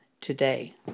today